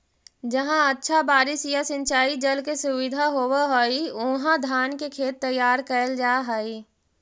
जहाँ अच्छा बारिश या सिंचाई जल के सुविधा होवऽ हइ, उहाँ धान के खेत तैयार कैल जा हइ